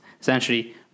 essentially